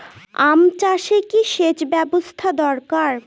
আম চাষে কি সেচ ব্যবস্থা দরকার?